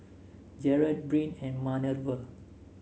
Jarret Bryn and Manerva